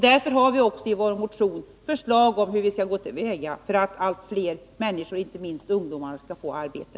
Därför har vi i vår motion förslag om hur vi skall gå till väga för att fler människor, inte minst ungdomar, skall få arbete.